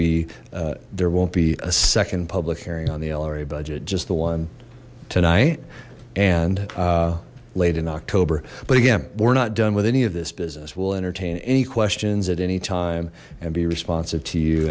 be there won't be a second public hearing on the lra budget just the one tonight and late in october but again we're not done with any of this business will entertain any questions at any time and be responsive to you